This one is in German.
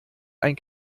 ein